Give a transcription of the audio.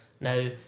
Now